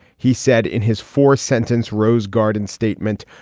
he said in his four sentence rose garden statement.